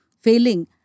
failing